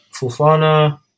Fufana